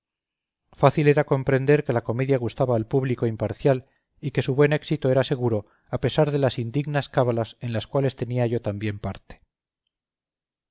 fácil era comprender que la comedia gustaba al público imparcial y que su buen éxito era seguro a pesar de las indignas cábalas en las cuales tenía yo también parte